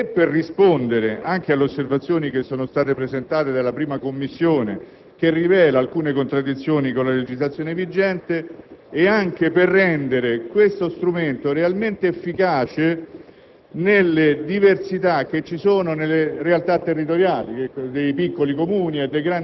definitiva valorizzazione, deve conoscere un'ulteriore fase di sistemazione per rispondere alle osservazioni presentate dalla 1a Commissione, che rivela alcune contraddizioni con la legislazione vigente, e anche per rendere questo strumento realmente efficace